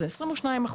שהם מונים כ-32%,